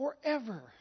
forever